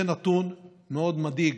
זה נתון מאוד מדאיג,